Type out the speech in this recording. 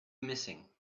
missing